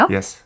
Yes